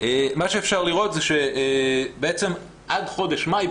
מה שאפשר לראות זה שבעצם עד חודש מאי,